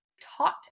taught